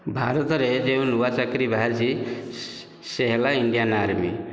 ଭାରତରେ ଯେଉଁ ନୂଆ ଚାକିରୀ ବାହାରିଛି ସେ ହେଲା ଇଣ୍ଡିଆନ୍ ଆର୍ମି